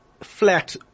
flat